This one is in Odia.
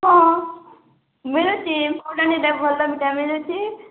ହଁ ମିଳୁଛି ଭଲ ଭିଟାମିନ୍ ଅଛି